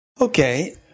Okay